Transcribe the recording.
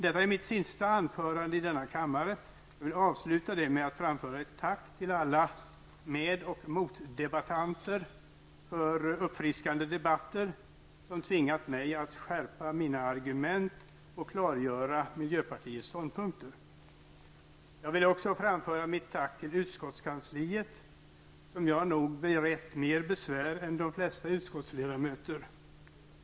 Detta är mitt sista anförande i denna kammare, och jag vill avsluta det med att framföra ett tack till alla med och motdebattanter för uppfriskande debatter, som tvingat mig att skärpa mina argument och klargöra miljöpartiets ståndpunkter. Jag vill också framföra mitt tack till utskottskansliet, som jag nog har berett mer besvär än de flesta utskottsledamöter.